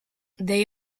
they